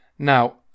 Now